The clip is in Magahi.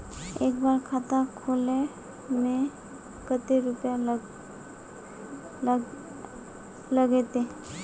एक बार खाता खोले में कते रुपया लगते?